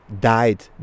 died